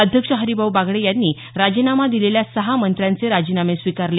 अध्यक्ष हरिभाऊ बागडे यांनी राजीनामा दिलेल्या सहा मंत्र्यांचे राजीनामे स्वीकारले